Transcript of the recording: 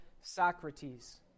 Socrates